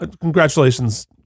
Congratulations